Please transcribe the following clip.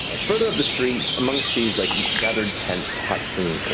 ah further up the street, amongst these like gathered tents, huts, and